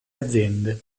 aziende